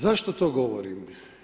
Zašto to govorim?